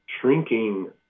shrinking